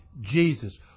Jesus